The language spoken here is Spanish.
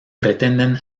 pretenden